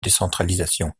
décentralisation